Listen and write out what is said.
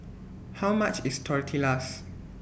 How much IS Tortillas